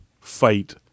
fight